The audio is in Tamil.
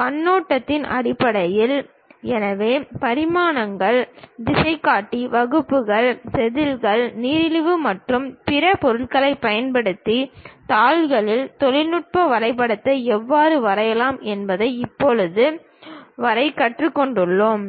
கண்ணோட்டத்தின் அடிப்படையில் எனவே பரிமாணங்கள் திசைகாட்டி வகுப்பிகள் செதில்கள் நீரிழிவு மற்றும் பிற பொருள்களைப் பயன்படுத்தி தாள்களில் தொழில்நுட்ப வரைபடத்தை எவ்வாறு வரையலாம் என்பதை இப்போது வரை கற்றுக்கொண்டோம்